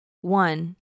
one